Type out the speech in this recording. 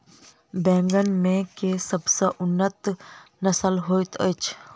बैंगन मे केँ सबसँ उन्नत नस्ल होइत अछि?